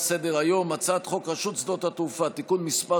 על סדר-היום הצעת חוק רשות שדות התעופה (תיקון מס'